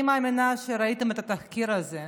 אני מאמינה שראיתם את התחקיר הזה,